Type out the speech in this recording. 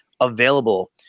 available